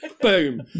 Boom